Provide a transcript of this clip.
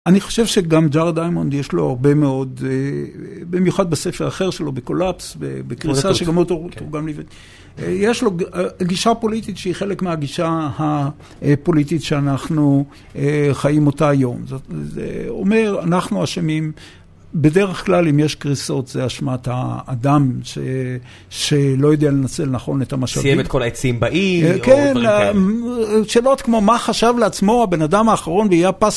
אני חושב שגם ג'ארד דיימונד יש לו הרבה מאוד, במיוחד בספר אחר שלו, ב-Collapse, בקריסה, שגם אותו... הוא תורגם לעברית. יש לו גישה פוליטית שהיא חלק מהגישה הפוליטית שאנחנו חיים אותה היום. זה אומר, אנחנו אשמים, בדרך כלל, אם יש קריסות, זה אשמת האדם שלא יודע לנצל לנכון את המשאבים. סיים את כל העצים באי, או דברים כאלה. שאלות כמו מה חשב לעצמו הבן אדם האחרון באיי ה...